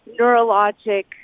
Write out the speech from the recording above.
neurologic